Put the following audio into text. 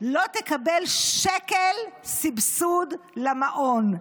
לא תקבל שקל סבסוד למעון.